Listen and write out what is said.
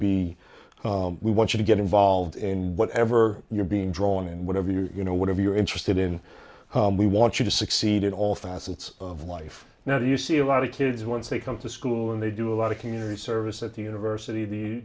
be we want you to get involved in whatever you're being drawn in whatever your you know whatever you're interested in we want you to succeed in all facets of life now you see a lot of kids once they come to school and they do a lot of community service at the university t